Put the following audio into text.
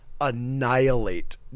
annihilate